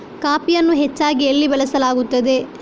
ಕಾಫಿಯನ್ನು ಹೆಚ್ಚಾಗಿ ಎಲ್ಲಿ ಬೆಳಸಲಾಗುತ್ತದೆ?